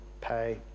Pay